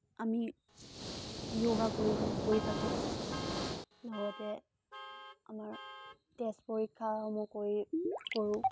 আমি য়োগা কৰিব কৰি থাকোঁ লগতে আমাৰ তেজ পৰীক্ষাসমূহ কৰি কৰোঁ